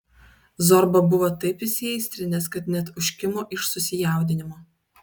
zorba buvo taip įsiaistrinęs kad net užkimo iš susijaudinimo